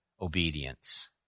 obedience